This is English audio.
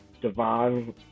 Devon